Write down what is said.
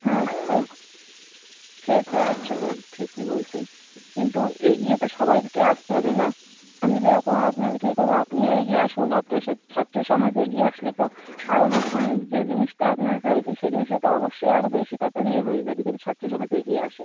হ্যাঁ সেই সে তো একশোবার ঠিকই বলছেন কিন্তু এগিয়ে তো সবাইকেই আসতে হবে না আমি যেরকম আপনাদেরকে এ করবো আপনিও এগিয়ে আসবেন আপনার সব ছাত্রসমাজ এগিয়ে আসলে তো আরও মানে যে জিনিসটা আপনারা চাইছেন সেই জিনিসটা তো অবশ্যই আরও বেশি তাড়াতাড়ি এ হয়ে যাবে যদি ছাত্রসমাজ এগিয়ে আসে